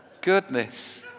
Goodness